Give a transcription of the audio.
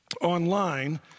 online